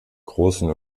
großen